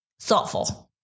thoughtful